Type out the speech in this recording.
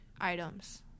items